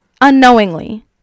unknowingly